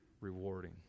rewarding